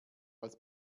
als